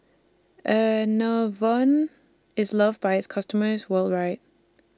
Enervon IS loved By its customers worldwide